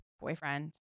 boyfriend